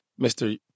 Mr